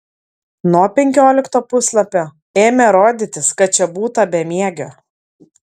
nuo penkiolikto puslapio ėmė rodytis kad čia būta bemiegio